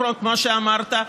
כמו שאמרת,